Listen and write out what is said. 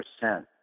percent